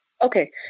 Okay